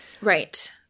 Right